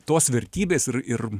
tos vertybės ir ir